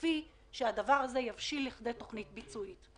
סופי שבו הדבר הזה יבשיל לכדי תוכנית ביצועית.